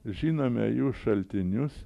žinome jų šaltinius